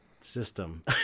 system